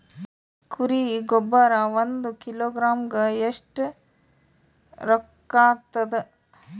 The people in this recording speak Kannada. ಕುರಿ ಗೊಬ್ಬರ ಒಂದು ಕಿಲೋಗ್ರಾಂ ಗ ಎಷ್ಟ ರೂಕ್ಕಾಗ್ತದ?